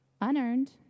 Unearned